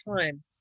time